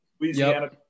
Louisiana